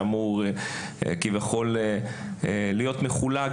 שאמור להיות מחולק,